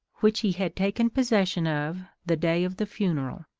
which he had taken possession of the day of the funeral.